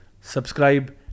subscribe